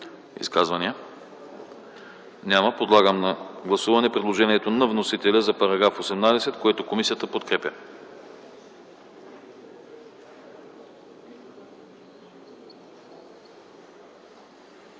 Изказвания? Няма. Подлагам на гласуване предложението на вносителя за § 19, който комисията подкрепя.